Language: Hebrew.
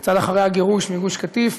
קצת אחרי הגירוש מגוש קטיף,